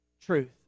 truth